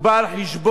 הוא בא על חשבון